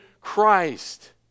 Christ